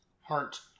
Heart